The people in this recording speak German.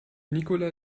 nicola